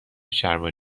شلوار